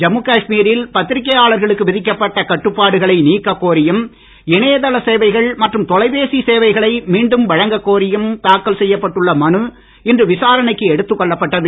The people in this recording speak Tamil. ஜம்மு காஷ்மீரில் பத்திரிக்கையாளர்களுக்கு விதிக்கப்பட்ட கட்டுப்பாடுகளை நீக்கக்கோரியும் இணையதள சேவைகள் மற்றும் தொலைபேசி சேவைகளை மீண்டும் வழங்கக்கோரியும் தாக்கல் செய்யப்பட்டுள்ள மனு இன்று விசாரணக்கு எடுத்துக் கொள்ளப்பட்டது